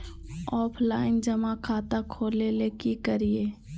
Offline जमा खाता खोले ले की करिए?